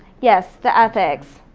yes, the ethics.